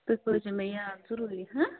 تُہۍ پٲوزیٚو مےٚ یاد ضروٗری